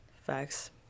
facts